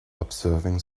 observing